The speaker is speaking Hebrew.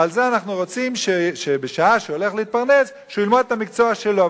ולזה אנחנו רוצים שבשעה שהוא הולך להתפרנס שהוא ילמד את המקצוע שלו.